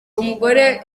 umugore